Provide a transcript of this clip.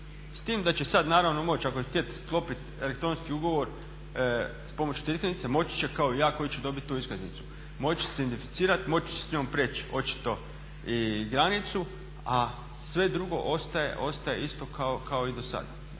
S time da će sada naravno moći ako će htjeti sklopiti elektronski ugovor pomoću te iskaznice moći će kao i ja koji ću dobiti tu iskaznicu. Moći će se identificirati, moći ću s njom prijeći očito i granicu a sve drugo ostaje isto kao i do sada.